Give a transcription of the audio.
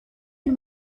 and